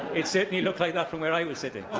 it certainly looked like that from where i was sitting.